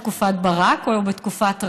בתקופת ברק או בתקופת רבין?